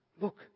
look